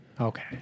Okay